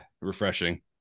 refreshing